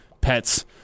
pets